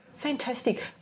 Fantastic